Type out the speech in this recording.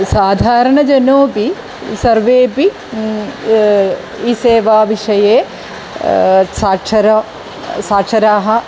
साधारणजनोपि सर्वेपि ई सेवा विषये साक्षराः साक्षराः